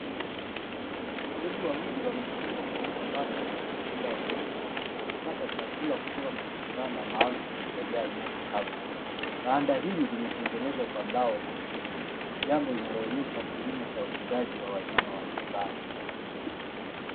Mbuzi wawili wamefungwa katika banda la kufugia wanyama wanapata chakula kutoka kwenye kibanda maalum kilichojaa nyasi kavu, banda hili limetengenezwa kwa mbao na chuma jambo linaloonyesha kilimo cha ufugaji wa wanyama wa nyumbani.